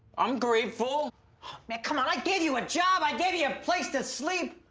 i'm grateful. man come on, i gave you a job, i gave you a place to sleep.